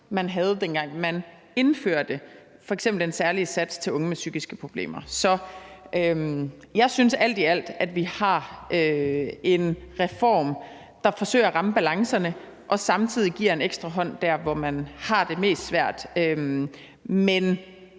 man havde, dengang man f.eks. indførte den særlige sats til unge med psykiske problemer. Så jeg synes, at vi alt i alt har en reform, der forsøger at ramme balancerne og samtidig giver en ekstra hånd der, hvor man har det mest svært – men